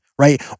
right